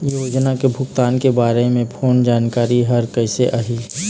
योजना के भुगतान के बारे मे फोन जानकारी हर कइसे आही?